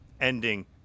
Ending